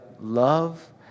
love